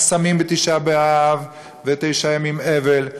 אז צמים בתשעה באב ותשעה ימי אבל.